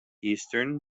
eastern